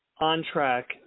on-track